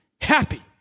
happy